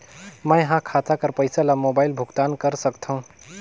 मैं ह खाता कर पईसा ला मोबाइल भुगतान कर सकथव?